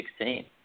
2016